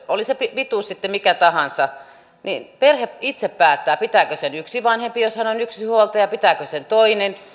oli se pituus sitten mikä tahansa että perhe itse päättää pitääkö sen yksi vanhempi jos hän on yksinhuoltaja tai pitääkö sen toinen